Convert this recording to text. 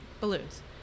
balloons